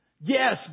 Yes